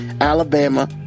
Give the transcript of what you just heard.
Alabama